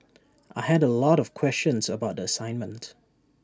I had A lot of questions about the assignment